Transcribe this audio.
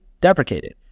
deprecated